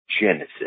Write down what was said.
Genesis